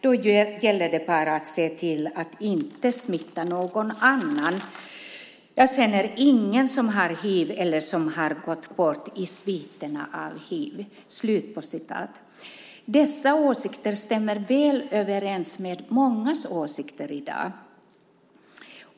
Då gäller det bara att se till att inte smitta någon annan. Jag känner ingen som har hiv eller som har gått bort i sviterna av hiv. Dessa åsikter stämmer väl överens med mångas åsikter i dag.